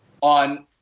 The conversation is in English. on